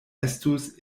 estus